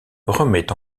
remet